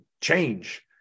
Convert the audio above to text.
change